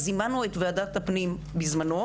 זימנו את וועדת הפנים בזמנו,